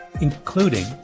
including